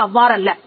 அது அவ்வாறல்ல